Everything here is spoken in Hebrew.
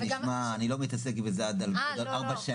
נשמע: אני לא מתעסקת בזה עד עוד ארבע שנים.